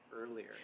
earlier